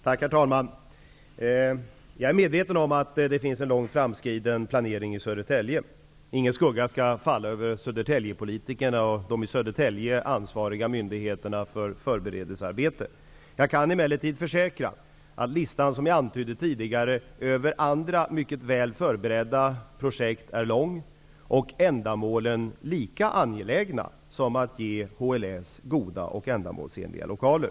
Herr talman! Jag är medveten om att det finns en långt framskriden planering i Södertälje. Ingen skugga skall falla på Södertäljepolitikerna och de i Södertälje ansvariga myndigheterna beträffande förberedelsearbetet. Jag kan emellertid försäkra -- som jag tidigare antydde -- att listan över andra mycket väl förberedda projekt är lång, vilkas syften är lika angelägna som behovet av att ge HLS goda och ändamålsenliga lokaler.